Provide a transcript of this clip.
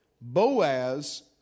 Boaz